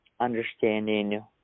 understanding